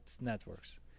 networks